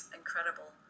incredible